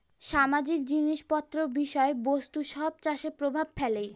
সামাজিক জিনিস পত্র বিষয় বস্তু সব চাষে প্রভাব ফেলে